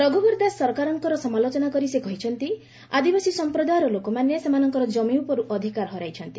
ରଘୁବର ଦାସ ସରକାରଙ୍କର ସମାଲୋଚନା କରି ସେ କହିଛନ୍ତି ଆଦିବାସୀ ସମ୍ପ୍ରଦାୟର ଲୋକମାନେ ସେମାନଙ୍କର ଜମି ଉପରୁ ଅଧିକାର ହରାଇଛନ୍ତି